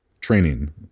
training